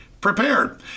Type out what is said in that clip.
prepared